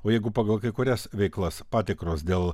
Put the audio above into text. o jeigu pagal kai kurias veiklas patikros dėl